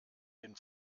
den